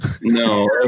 No